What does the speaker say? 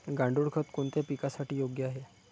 गांडूळ खत कोणत्या पिकासाठी योग्य आहे?